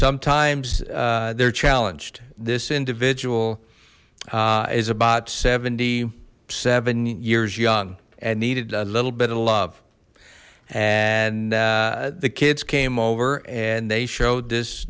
sometimes they're challenged this individual is about seventy seven years young and needed a little bit of love and the kids came over and they showed this